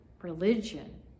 religion